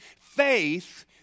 Faith